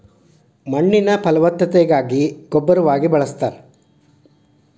ಮಣ್ಣಿನ ಫಲವತ್ತತೆಗಾಗಿ ಗೊಬ್ಬರವಾಗಿ ಬಳಸ್ತಾರ